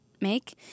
make